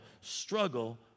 struggle